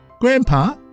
Grandpa